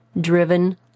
driven